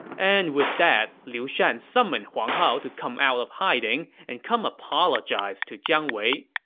and with that, liu shan summoned huang hao to come out of hiding and come apologize to jiang wei.